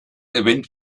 event